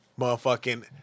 Motherfucking